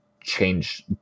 change